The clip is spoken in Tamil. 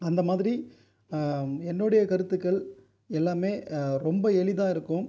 அந்த மாதிரி என்னுடைய கருத்துக்கள் எல்லாமே ரொம்ப எளிதாக இருக்கும்